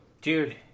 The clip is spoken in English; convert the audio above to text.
dude